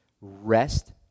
rest